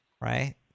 right